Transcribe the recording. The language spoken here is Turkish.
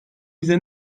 bize